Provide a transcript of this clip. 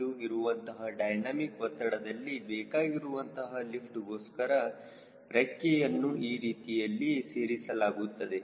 2 ಇರುವಂತಹ ಡೈನಮಿಕ್ ಒತ್ತಡದಲ್ಲಿ ಬೇಕಾಗಿರುವಂತಹ ಲಿಫ್ಟ್ಗೋಸ್ಕರ ರೆಕ್ಕೆಯನ್ನು ಈ ರೀತಿಯಲ್ಲಿ ಸೇರಿಸಲಾಗುತ್ತದೆ